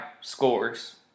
scores